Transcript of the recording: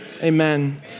Amen